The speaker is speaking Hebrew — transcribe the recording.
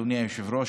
אדוני היושב-ראש,